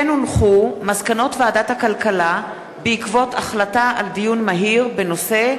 מסקנות ועדת הכלכלה בעקבות דיון מהיר בנושא: